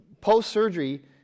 Post-surgery